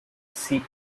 see